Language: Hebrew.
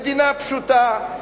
מדינה פשוטה,